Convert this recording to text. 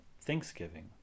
thanksgiving